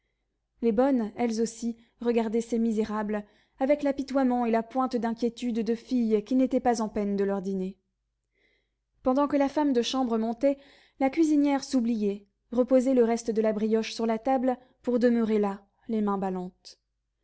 les bonnes elles aussi regardaient ces misérables avec l'apitoiement et la pointe d'inquiétude de filles qui n'étaient pas en peine de leur dîner pendant que la femme de chambre montait la cuisinière s'oubliait reposait le reste de la brioche sur la table pour demeurer là les mains ballantes